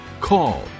call